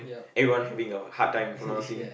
everyone having a hard time pronouncing